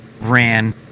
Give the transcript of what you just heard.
ran